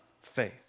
faith